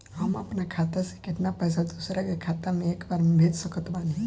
हम अपना खाता से केतना पैसा दोसरा के खाता मे एक बार मे भेज सकत बानी?